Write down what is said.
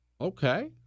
Okay